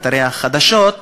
אתרי החדשות,